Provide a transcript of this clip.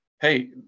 Hey